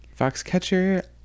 Foxcatcher